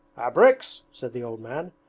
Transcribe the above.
abreks, said the old man.